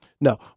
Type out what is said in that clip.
No